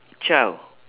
child